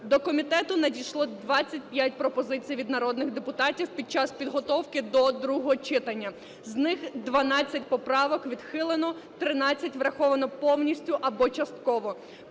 До комітету надійшло 25 пропозицій від народних депутатів під час підготовки до другого читання, з них 12 поправок відхилено, 13 враховано повністю або частково.